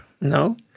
No